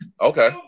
Okay